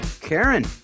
Karen